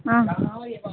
आम्